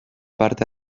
parte